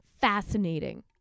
Fascinating